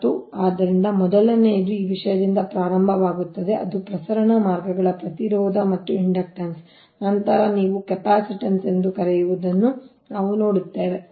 ಮತ್ತು ಆದ್ದರಿಂದ ಮೊದಲನೆಯದು ಈ ವಿಷಯದಿಂದ ಪ್ರಾರಂಭವಾಗುತ್ತದೆ ಅದು ಪ್ರಸರಣ ಮಾರ್ಗಗಳ ಪ್ರತಿರೋಧ ಮತ್ತು ಇಂಡಕ್ಟನ್ಸ್ ನಂತರ ನೀವು ಆ ಕೆಪಾಸಿಟನ್ಸ್ ಎಂದು ಕರೆಯುವುದನ್ನು ನಾವು ನೋಡುತ್ತೇವೆ